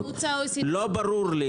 לא ברור לי